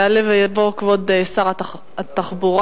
יעלה ויבוא כבוד שר התחבורה,